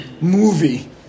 movie